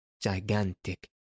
gigantic